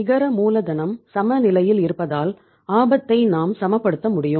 நிகர மூலதனம் சமநிலையில் இருப்பதால் ஆபத்தை நாம் சமப்படுத்த முடியும்